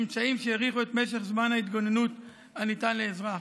אמצעים שהאריכו את משך זמן ההתגוננות הניתן לאזרח.